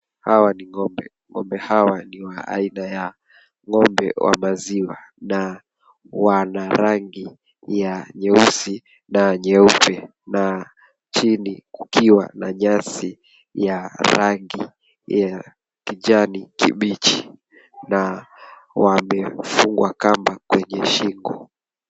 Hawa ni ng'ombe. Ng'ombe hawa ni wa aina ya ng'ombe wa maziwa na wana rangi ya nyeusi na nyeupe na chini kukiwa na nyasi ya rangi ya kijani kibichi na wamefungwa kamba kwenye shingo.